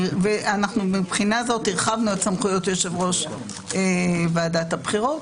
מבחינה זאת הרחבנו את סמכויות יושב-ראש ועדת הבחירות,